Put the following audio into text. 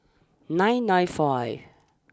nine nine five